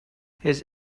his